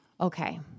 okay